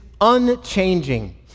unchanging